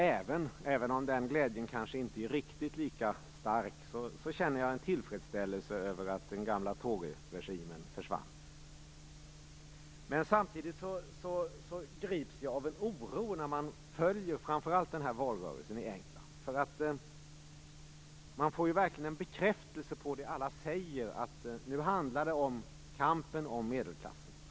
Även om den glädjen kanske inte är riktigt lika stark känner jag en tillfredsställelse över att den gamla toryregimen försvann. Samtidigt grips jag av en oro över framför allt valrörelsen i England. Man får verkligen bekräftelse på det alla säger att det nu handlar om kampen om medelklassen.